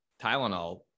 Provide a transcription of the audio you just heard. Tylenol